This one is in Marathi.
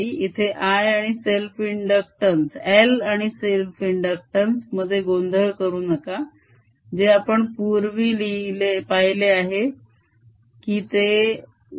इथे l आणि सेल्फ इंदुक्टंस मध्ये गोंधळ करू नका जे आपण पूर्वी पहिले आहे की ते u